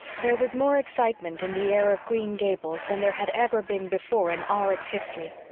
there was more excitement in the air of green gables than there had ever been before in all its history.